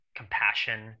compassion